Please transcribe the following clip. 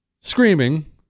screaming